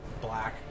black